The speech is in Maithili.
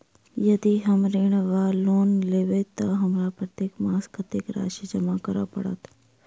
यदि हम ऋण वा लोन लेबै तऽ हमरा प्रत्येक मास कत्तेक राशि जमा करऽ पड़त?